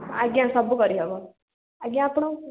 ଆଜ୍ଞା ସବୁ କରିହବ ଆଜ୍ଞା ଆପଣ